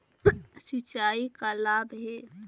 सिंचाई का लाभ है?